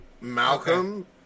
Malcolm